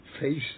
Face